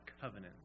covenant